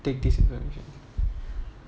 take this information